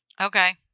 okay